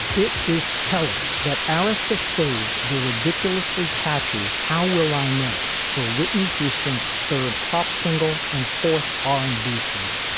it is telling that aristos saved the ridiculously catchy. how will i know for whitney houston's third pop single and fourth r and b single?